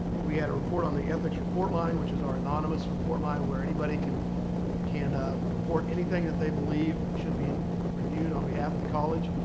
we had a report on the ethics report line, which is our anonymous report line where anybody can can ah report anything that they believe should be reviewed on behalf of the college.